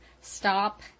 stop